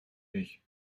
nicht